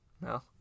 No